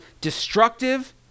destructive